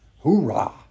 Hoorah